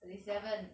thirty seven